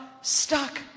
stuck